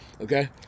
Okay